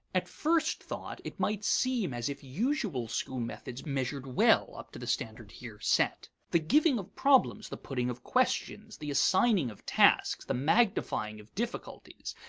at first thought, it might seem as if usual school methods measured well up to the standard here set. the giving of problems, the putting of questions, the assigning of tasks, the magnifying of difficulties,